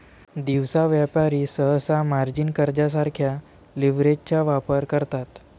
दिवसा व्यापारी सहसा मार्जिन कर्जासारख्या लीव्हरेजचा वापर करतात